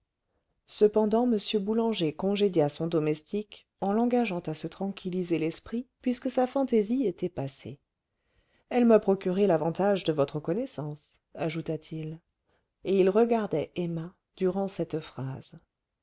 cependant m boulanger congédia son domestique en l'engageant à se tranquilliser l'esprit puisque sa fantaisie était passée elle m'a procuré l'avantage de votre connaissance ajouta-t-il et il regardait emma durant cette phrase